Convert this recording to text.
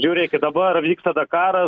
žiūrėkit dabar vyksta dakaras